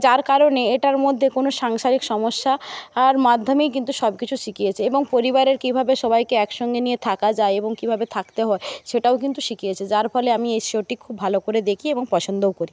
যার কারণে এটার মধ্যে কোনো সাংসারিক সমস্যা আর মাধ্যমেই কিন্তু সবকিছু শিখিয়েছে এবং পরিবারের কীভাবে সবাইকে একসঙ্গে নিয়ে থাকা যায় এবং কীভাবে থাকতে হয় সেটাও কিন্তু শিখিয়েছে যার ফলে আমি এই শোটি খুব ভালো করে দেখি এবং পছন্দও করি